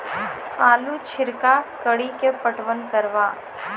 आलू छिरका कड़ी के पटवन करवा?